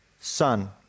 son